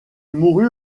mourut